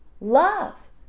love